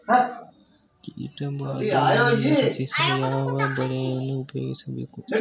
ಕೀಟಬಾದೆಯಿಂದ ರಕ್ಷಿಸಲು ಯಾವ ಬಲೆಯನ್ನು ಉಪಯೋಗಿಸಬೇಕು?